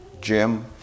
Jim